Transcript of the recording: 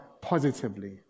positively